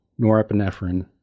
norepinephrine